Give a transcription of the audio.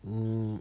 mm